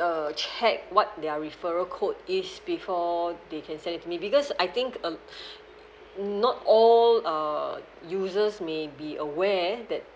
err check what their referral code is before they can send it to me because I think um not all err users may be aware that